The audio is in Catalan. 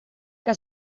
que